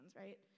right